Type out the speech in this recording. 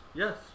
yes